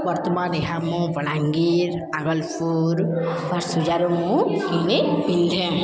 ବର୍ତ୍ତମାନ ଏହା ମୁଁ ବଲାଙ୍ଗୀର ଆଗଲପୁର ବା ସୂଜାରୁ ମୁଁ କିଣେ ପିନ୍ଧେ